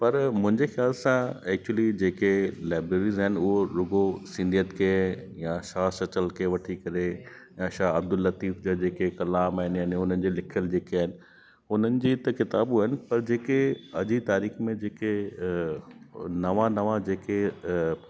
पर मुंहिंजे ख्याल सां एकचुली जेके लाइब्रेरीस आहिनि हूअ रुगो सिंधियत खे या साह सचल खे वठी करे ऐं शाह अब्दुल लतीफ जा जेके कलाम आहिनि यानी उन्हनि खे लिखियल जेके आहिनि उन्हनि जी त किताबू आहिनि पर जेके अॼु जी तारीख़ में जेके नवा नवा जेके